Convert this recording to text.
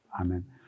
Amen